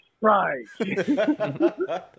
right